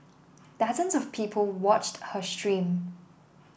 dozens of people watched her stream